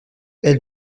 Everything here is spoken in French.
elle